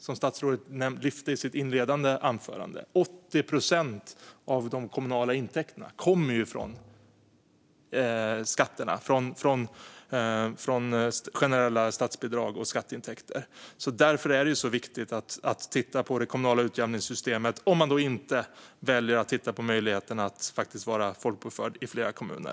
Som statsrådet nämnde i sitt svar kommer 80 procent av de kommunala intäkterna från skatterna, från generella statsbidrag och skatteintäkter. Det är därför det är så viktigt att titta på det kommunala utjämningssystemet - om man inte väljer att titta på möjligheten att vara folkbokförd i flera kommuner.